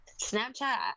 Snapchat